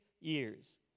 years